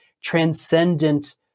transcendent